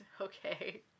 Okay